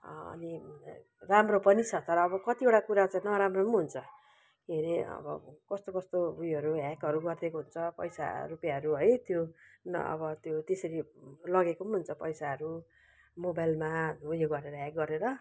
अनि राम्रो पनि छ तर अब कतिवटा कुरा चाहिँ नराम्रो पनि हुन्छ के अरे अब कस्तो कस्तो उयोहरू ह्याकहरू गरिदिएको हुन्छ पैसाहरू रुपियाँहरू है त्यो होइन अब त्यो त्यसरी लगेको पनि हुन्छ पैसाहरू मोबाइलमा उयो गरेर ह्याक गरेर